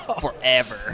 forever